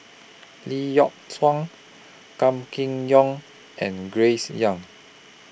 Lee Yock Suan Gan Kim Yong and Grace Young